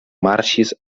marŝis